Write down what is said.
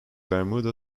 bermuda